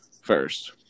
First